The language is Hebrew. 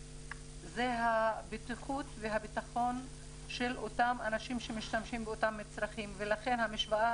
זה הבטיחות והבטחון של אותם אנשים שמשתמשים באותם מצרכים ולכן המשוואה